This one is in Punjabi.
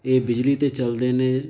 ਇਹ ਬਿਜਲੀ 'ਤੇ ਚੱਲਦੇ ਨੇ